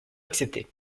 acceptée